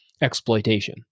exploitation